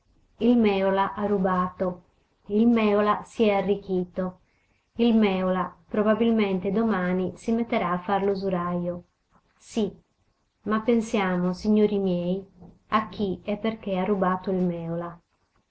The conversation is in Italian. il mèola ha rubato il mèola s'è arricchito il mèola probabilmente domani si metterà a far l'usurajo sì ma pensiamo signori miei a chi e perché ha rubato il mèola